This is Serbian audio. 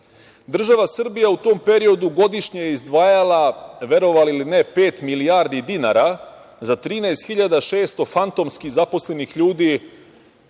Država Srbija u tom periodu godišnje je izdvajala, verovali ili ne, pet milijardi dinara za 13.600 fantomski zaposlenih ljudi